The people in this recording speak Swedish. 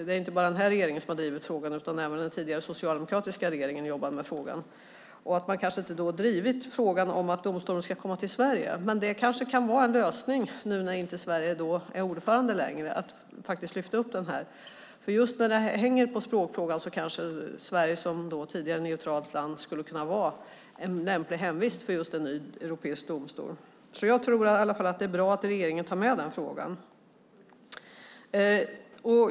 Det är inte bara den här regeringen som har drivit frågan utan även den tidigare socialdemokratiska regeringen jobbade med den. Man har inte drivit frågan om att domstolen ska komma till Sverige, men nu när inte Sverige är ordförande längre kan det kanske leda till en lösning att faktiskt lyfta fram den. Just när det hänger på språkfrågan kanske Sverige som tidigare neutralt land skulle kunna vara en lämplig hemvist för en ny europeisk domstol. Jag tror i alla fall att det är bra att regeringen tar med den frågan.